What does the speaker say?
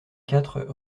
quatre